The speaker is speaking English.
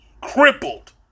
crippled